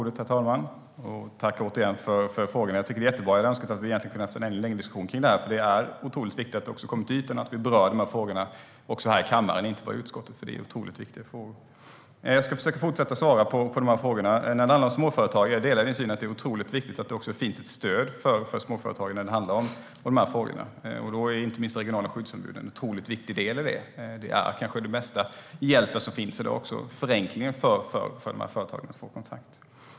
Herr talman! Återigen tack för frågorna. Jag tycker att det är jättebra att det ställs frågor, men jag önskar att vi hade kunnat ha en längre diskussion om detta. Det är otroligt viktigt att vi berör de här frågorna också här i kammaren och inte bara i utskottet. Jag ska försöka att svara på frågorna. När det gäller småföretagarna delar jag din syn att det är otroligt viktigt att det finns ett stöd för dem. Inte minst de regionala skyddsombuden är en viktig del i detta. Förenklingen för småföretagen för att få kontakt är kanske den bästa hjälpen som finns i dag.